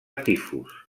tifus